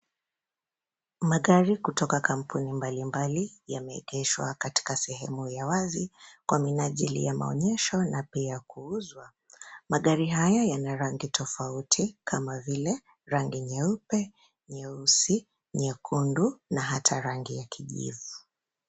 Magari kutoka kampuni mbali mbali yameegeshwa katika sehemu ya wazi kwa minajili ya maonyesho na pia kuuzwa. Magari haya yana rangi tofauti kama vile rangi nyeupe, nyeusi, nyekundu na hata rangi ya kijivu.